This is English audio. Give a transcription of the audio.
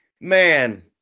Man